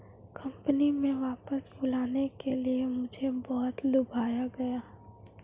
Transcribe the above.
company में वापस बुलाने के लिए मुझे बहुत लुभाया गया